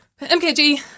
MKG